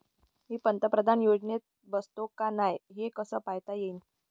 मी पंतप्रधान योजनेत बसतो का नाय, हे कस पायता येईन?